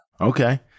Okay